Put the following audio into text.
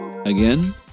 Again